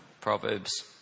Proverbs